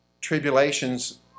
tribulations